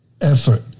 effort